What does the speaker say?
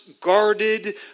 guarded